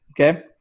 okay